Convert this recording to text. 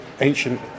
ancient